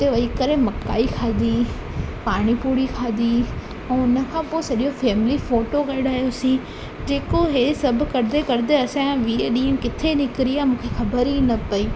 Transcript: उते वेही करे मकाई खाधी पाणी पुरी खाधी ऐं उन खां पोइ सॼो फैमिली फोटो कढायोसीं जेको इहे सभु कंदे कंदे असांजा वीह ॾींहं किथे निकिरी विया मूंखे ख़बर ई न पई